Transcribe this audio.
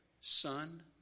son